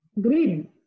Green